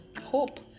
hope